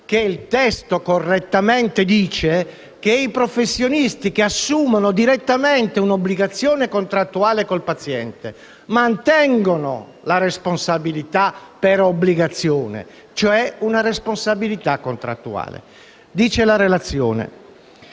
il testo stabilisce che i professionisti che assumono direttamente un'obbligazione contrattuale con il paziente mantengono la responsabilità per l'obbligazione, cioè una responsabilità contrattuale. Naturalmente,